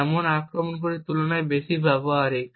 এমন আক্রমণগুলির তুলনায় বেশি ব্যবহারিক